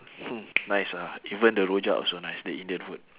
hmm nice ah even the rojak also nice the indian food